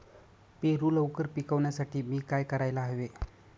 पेरू लवकर पिकवण्यासाठी मी काय करायला हवे?